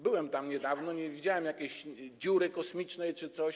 Byłem tam niedawno, nie widziałem jakiejś dziury kosmicznej czy coś.